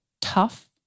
tough